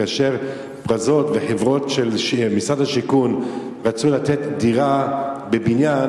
כאשר "פרזות" וחברות של משרד השיכון רצו לתת דירה בבניין,